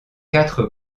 quatre